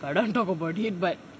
I don't want to talk about this but